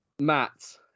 Matt